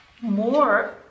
more